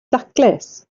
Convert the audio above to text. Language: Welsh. daclus